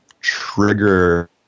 trigger